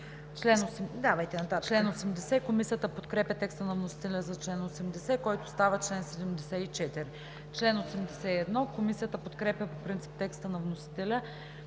чл. 77. Комисията подкрепя текста на вносителя за чл. 84, който става чл. 78. Комисията подкрепя по принцип текста на вносителя